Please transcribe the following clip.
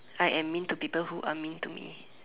I am mean to people who are mean to me